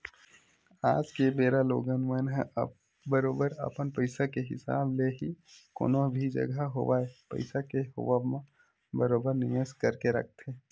आज के बेरा लोगन मन ह बरोबर अपन पइसा के हिसाब ले ही कोनो भी जघा होवय पइसा के होवब म बरोबर निवेस करके रखथे